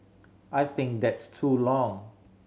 I think that's too long